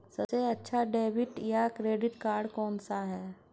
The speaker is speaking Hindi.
सबसे अच्छा डेबिट या क्रेडिट कार्ड कौन सा है?